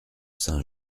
saint